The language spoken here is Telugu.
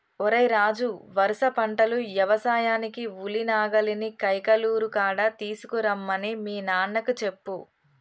ఓరై రాజు వరుస పంటలు యవసాయానికి ఉలి నాగలిని కైకలూరు కాడ తీసుకురమ్మని మీ నాన్నకు చెప్పు